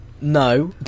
No